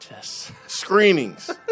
screenings